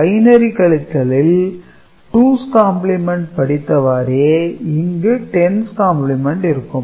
binary கழித்தலில் 2's complement படித்தவாறே இங்கு 10's காம்பிளிமெண்ட் இருக்கும்